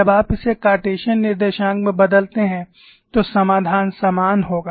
जब आप इसे कार्टेशियन निर्देशांक में बदलते हैं तो समाधान समान होगा